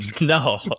No